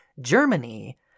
Germany